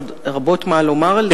עוד רבות מה לומר על זה,